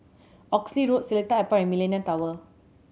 Oxley Road Seletar Airport and Millenia Tower